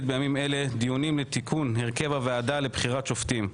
בימים אלה דיונים לתיקון הרכב הוועדה לבחירת שופטים.